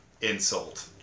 insult